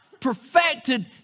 perfected